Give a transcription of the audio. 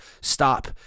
stop